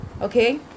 okay